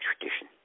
tradition